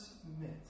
submit